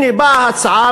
הנה באה הצעה.